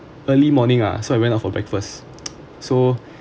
early morning ah so I went out for breakfast so